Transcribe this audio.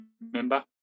remember